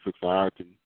society